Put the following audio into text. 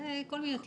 זה כל מיני תכתובות.